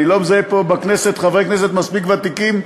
אני לא מזהה פה בכנסת חברי כנסת מספיק ותיקים,